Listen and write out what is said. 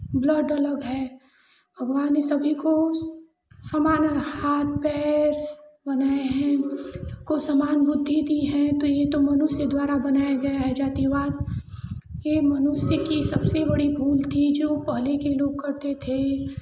blood अलग है भगवान ने सभी को समान हाथ पैर उन्हें हैं को समान बुद्धि दी है तो ये तो मनुष्य द्वारा बनाया गया है जातिवाद ये मनुष्य की सबसे बड़ी भूल थी जो पहले के लोग करते थे